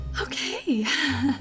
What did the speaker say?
okay